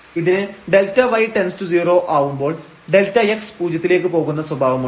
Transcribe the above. ഇതിന് Δy→0 ആവുമ്പോൾ Δx പൂജ്യത്തിലേക്ക് പോകുന്ന സ്വഭാവമുണ്ട്